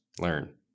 learn